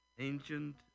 Ancient